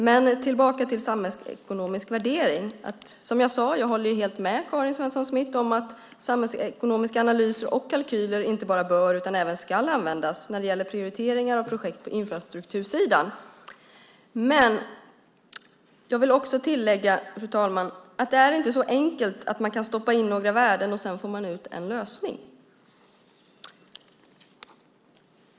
Men jag ska gå tillbaka till det här med samhällsekonomiska värderingar. Som jag sade håller jag helt med Karin Svensson Smith om att samhällsekonomiska analyser och kalkyler inte bara bör utan även ska användas när det gäller prioriteringar och projekt på infrastruktursidan. Men jag vill också tillägga, fru talman, att det inte är så enkelt att man kan stoppa in några värden och sedan få ut en lösning.